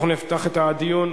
אנחנו נפתח את הדיון.